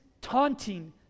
taunting